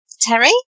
Terry